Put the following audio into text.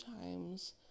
times